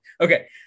okay